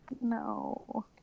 No